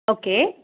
okay